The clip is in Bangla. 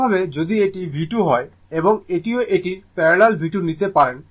অন্য ভাবে যদি এটি V2 হয় এবং এটিও এটির প্যারালালে V2 নিতে পারেন